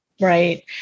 Right